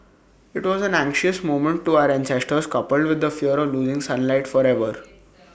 IT was an anxious moment to our ancestors coupled with the fear of losing sunlight forever